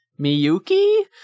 Miyuki